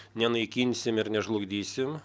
nenaikinsim ir nežlugdysim